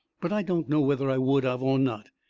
but i don't know whether i would of or not.